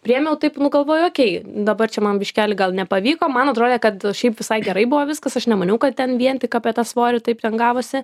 priėmiau taip galvojo okei dabar čia man biškeli gal nepavyko man atrodė kad šiaip visai gerai buvo viskas aš nemaniau kad ten vien tik apie tą svorį taip ten gavosi